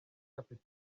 afite